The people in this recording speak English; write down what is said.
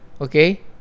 Okay